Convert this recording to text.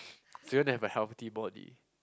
do you have a healthy body